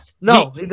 no